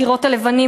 הקירות הלבנים,